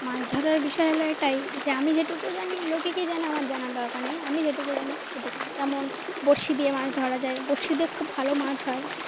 মাছ ধরার বিষয় হলো এটাই যে আমি যেটুকু জানি লোকে কি জানে আমার জানার দরকার নেই আমি যেটুকু জানি সেটুকু যেমন বড়শি দিয়ে মাছ ধরা যায় বড়শি দিয়ে খুব ভালো মাছ হয়